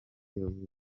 yavuze